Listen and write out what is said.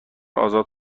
آزاد